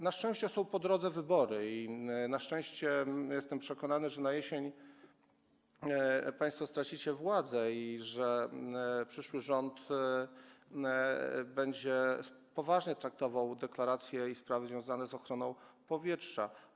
Na szczęście są po drodze wybory i na szczęście jestem przekonany, że jesienią państwo stracicie władzę i że przyszły rząd będzie poważnie traktował deklaracje i sprawy związane z ochroną powietrza.